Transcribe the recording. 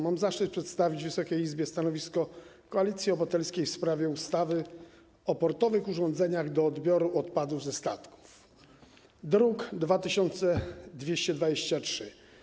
Mam zaszczyt przedstawić Wysokiej Izbie stanowisko Koalicji Obywatelskiej w sprawie ustawy o portowych urządzeniach do odbioru odpadów ze statków, druk nr 2223.